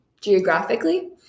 geographically